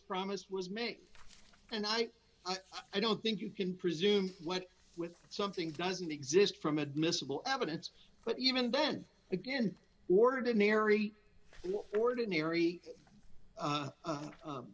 promise was made and i i don't think you can presume what with something doesn't exist from admissible evidence but even then again ordinary ordinary